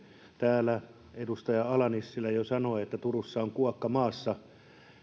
täällä edustaja ala nissilä jo sanoi että turussa on kuokka maassa ja